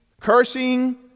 cursing